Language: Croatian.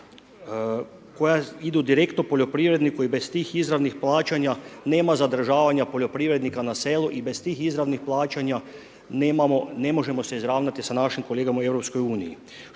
koja idu direktno poljoprivredniku i bez tih izravnih plaćanja nema zadržavanja poljoprivrednika na selu i bez tih izravnih plaćanja ne možemo se izravnati sa našim kolegama u EU.